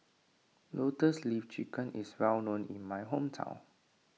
Lotus Leaf Chicken is well known in my hometown